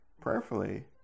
prayerfully